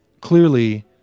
clearly